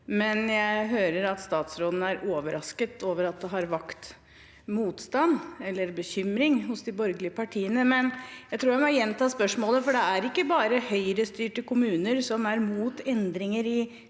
men jeg hører at statsråden er overrasket over at det har vakt motstand eller bekymring hos de borgerlige partiene. Jeg tror jeg må gjenta spørsmålet, for det er ikke bare Høyre-styrte kommuner som er mot endringer i tilskudd